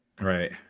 Right